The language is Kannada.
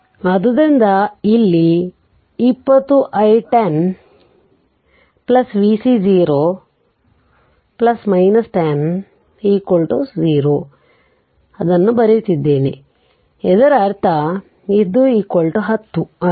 ಆದ್ದರಿಂದ ಇಲ್ಲಿ 20 i 1 0 vc 0 10 0 ಅನ್ನು ಬರೆಯುತ್ತಿದ್ದೇವೆ ಇದರರ್ಥ 20 i 1 0 vc 0 10 ಆಗಿದೆ